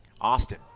Austin